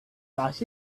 last